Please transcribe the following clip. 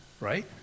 right